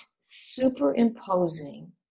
superimposing